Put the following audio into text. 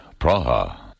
Praha